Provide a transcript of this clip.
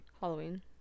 Halloween